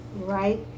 right